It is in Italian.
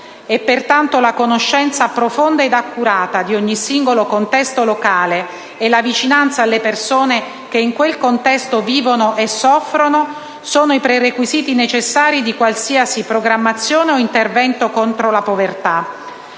Pertanto, la conoscenza profonda ed accurata di ogni singolo contesto locale e la vicinanza alle persone che in quel contesto vivono e soffrono sono i prerequisiti necessari di qualsiasi programmazione o intervento contro la povertà;